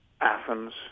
Athens